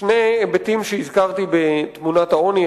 שני היבטים הזכרתי בתמונת העוני,